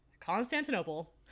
Constantinople